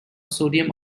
sodium